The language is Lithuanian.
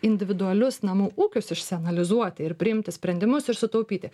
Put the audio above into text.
individualius namų ūkius išsianalizuoti ir priimti sprendimus ir sutaupyti